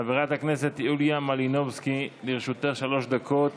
חברת הכנסת יוליה מלינובסקי, לרשותך שלוש דקות,